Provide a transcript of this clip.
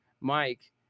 Mike